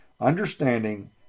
understanding